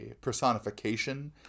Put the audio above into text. personification